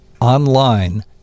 online